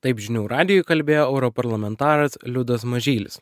taip žinių radijui kalbėjo europarlamentaras liudas mažylis